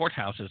courthouses